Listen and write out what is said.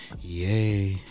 Yay